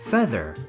Feather